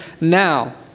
now